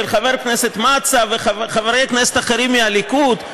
חבר הכנסת מצא וחברי כנסת אחרים מהליכוד.